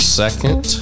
second